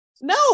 No